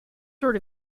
sort